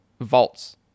vaults